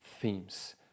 themes